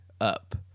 up